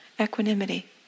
equanimity